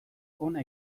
hona